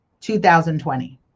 2020